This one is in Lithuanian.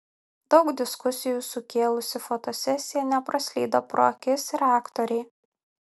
daug diskusijų sukėlusi fotosesija nepraslydo pro akis ir aktorei